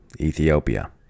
Ethiopia